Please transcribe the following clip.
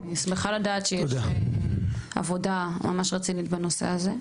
אני שמחה לדעת שיש עבודה ממש רצינית בנושא הזה.